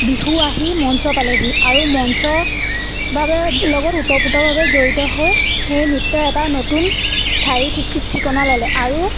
বিহু আহি মঞ্চ পালেহি আৰু মঞ্চভাৱে লগত ওতঃপোতৰভাৱে জড়িত হৈ সেই নৃত্যই এটা নতুন স্থায়ী ঠিকনা ল'লে আৰু